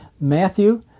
Matthew